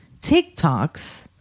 TikToks